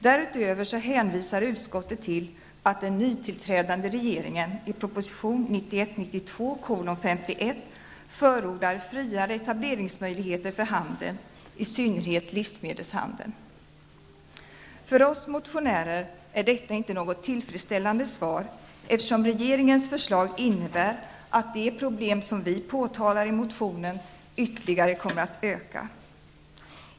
Därutöver hänvisar utskottet till att den nytillträdande regeringen i proposion För oss motionärer är detta inte något tillfredsställande svar, eftersom regeringens förslag innebär att de problem som vi påtalar i motionen ytterligare kommer att öka.